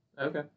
Okay